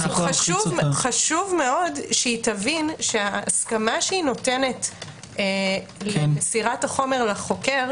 חשוב מאוד שההסכמה שהיא נותנת למסירת החומר לחוקר